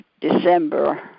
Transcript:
December